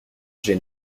j’ai